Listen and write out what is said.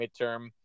midterm